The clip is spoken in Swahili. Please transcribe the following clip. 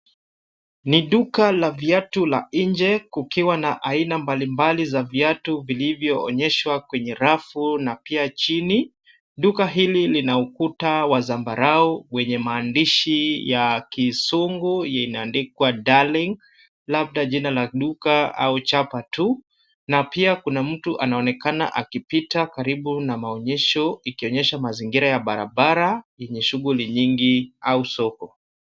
Ni duka la viatu la nje kukiwa na aina mbalimbali za viatu vilivyoonyeshwa kwenye rafu na pia chini. Duka hili lina ukuta wa zambarau wenye maandishi ya kizungu imeandikwa darling labda jina la duka au chapa tu na pia kuna mtu anaonekana akipita karibu na maonyesho ikionyesha mazingira ya barabara yenye shughuli nyingi au soko.